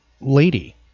Lady